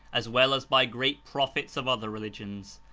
as well as by great prophets of other religions.